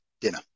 dinner